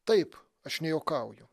taip aš nejuokauju